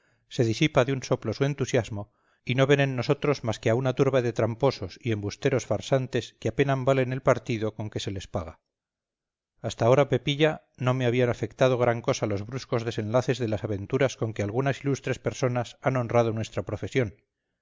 se disipa de un soplo su entusiasmo y no ven en nosotros más que a una turba de tramposos y embusteros farsantes que apenas valen el partido con que se les paga hasta ahora pepilla no me habían afectado gran cosa los bruscos desenlaces de las aventuras con que algunas ilustres personas han honrado nuestra profesión